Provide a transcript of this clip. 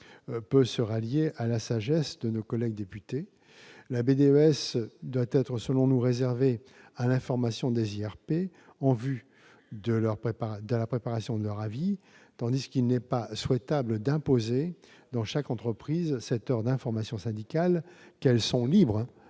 peut se rallier à la sagesse de nos collègues députés. La BDES doit être réservée à l'information des instances représentatives du personnel en vue de la préparation de leurs avis, tandis qu'il n'est pas souhaitable d'imposer dans chaque entreprise cette heure d'information syndicale, qu'elle est libre,